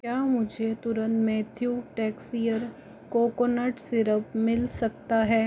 क्या मुझे तुरंत मैथ्यू टैकसिएर कोकोनट सिरप मिल सकता है